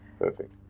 Perfect